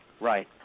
Right